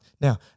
Now